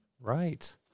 Right